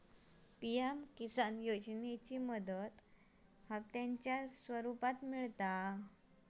PM किसान योजनेतली मदत हप्त्यांच्या स्वरुपात मिळता